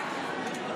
קריאה ראשונה.